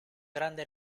grande